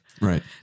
Right